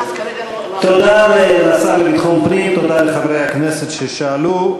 תודה לשר לביטחון פנים, תודה לחברי הכנסת ששאלו.